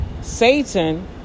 Satan